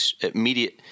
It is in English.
immediate